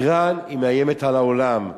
אירן מאיימת על העולם.